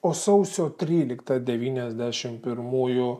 o sausio tryliktą devyniasdešim pirmųjų